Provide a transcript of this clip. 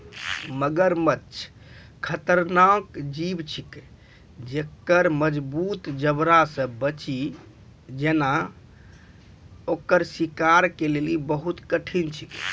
मगरमच्छ खतरनाक जीव छिकै जेक्कर मजगूत जबड़ा से बची जेनाय ओकर शिकार के लेली बहुत कठिन छिकै